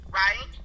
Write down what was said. right